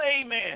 amen